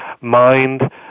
mind